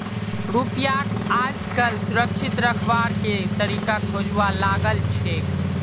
रुपयाक आजकल सुरक्षित रखवार के तरीका खोजवा लागल छेक